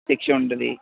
శిక్ష ఉంటుంది